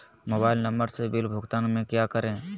Mobile number से bill भुगतान में क्या करें?